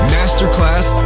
Masterclass